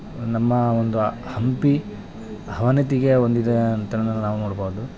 ನಮ್ಮ ಒಂದು ಹಂಪಿ ಅವನತಿಗೆ ಒಂದಿದೆ ಅಂತ ನಾವು ನೋಡ್ಬೌದು